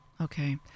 Okay